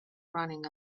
running